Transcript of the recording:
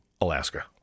Alaska